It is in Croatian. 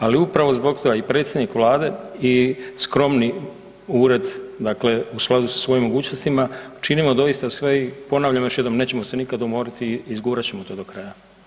Ali upravo zbog toga i predsjednik Vlade i skromni Ured, dakle u skladu sa svojim mogućnostima, činimo doista sve i ponavljam još jednom, nećemo se nikada umoriti i izgurati ćemo to do kraja.